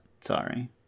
sorry